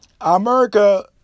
America